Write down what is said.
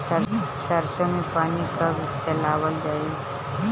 सरसो में पानी कब चलावल जाई?